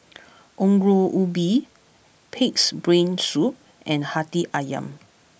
Ongol Ubi Pig'S Brain Soup and Hati Ayam